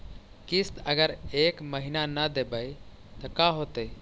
किस्त अगर एक महीना न देबै त का होतै?